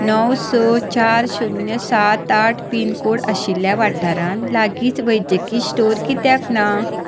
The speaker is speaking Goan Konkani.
णव स चार शुन्य सात आठ पीन कोड आशिल्ल्या वाठारांत लागींच वैजकी स्टोर कित्याक ना